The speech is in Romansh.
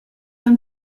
han